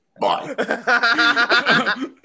Bye